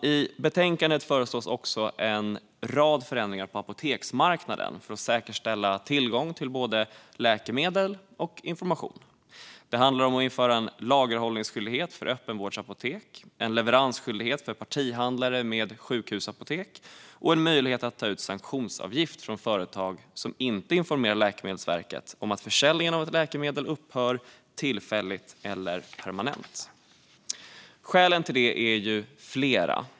I betänkandet föreslås också en rad förändringar på apoteksmarknaden för att säkerställa tillgång till både läkemedel och information. Det handlar om att införa en lagerhållningsskyldighet för öppenvårdsapotek, en leveransskyldighet för partihandlare mot sjukhusapotek och en möjlighet att ta ut sanktionsavgift från företag som inte informerar Läkemedelsverket om att försäljningen av ett läkemedel upphör tillfälligt eller permanent. Skälen till detta är flera.